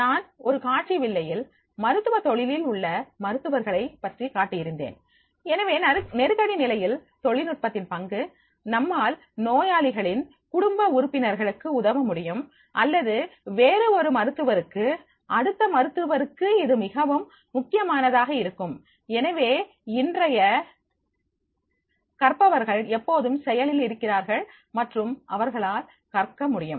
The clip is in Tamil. நான் ஒரு காட்சி வில்லையில் மருத்துவ தொழிலில் உள்ள மருத்துவர்களைப் பற்றி காட்டியிருந்தேன் எனவே நெருக்கடி நிலையில் தொழில்நுட்பத்தின் பங்கு நம்மால் நோயாளிகளின் குடும்ப உறுப்பினர்களுக்கு உதவ முடியும் அல்லது வேறு ஒரு மருத்துவருக்கு அடுத்த மருத்துவருக்கு இது மிகவும் முக்கியமானதாக இருக்கும் எனவே இன்றைய கற்பவர்கள் எப்போதுமே செயலில் இருக்கிறார்கள் மற்றும் அவர்களால் கற்க முடியும்